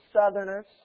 Southerners